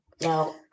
Now